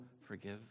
forgive